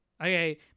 okay